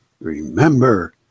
Remember